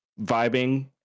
vibing